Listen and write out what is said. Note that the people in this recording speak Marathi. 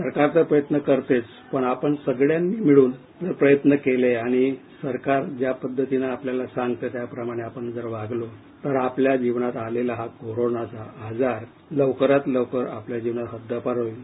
सरकार तर प्रयत्न करतेच पण आपण सगळ्यांनी मिळून जर प्रयत्न केले आणि सरकार ज्या पध्दतीने आपल्याला सांगतं त्या प्रमाणे आपण जर वागलो तर आपल्या जिवनात आलेला हा कोरोनाचा आजार लवकरात लवकर आपल्या जिवनातून हद्दपार होईल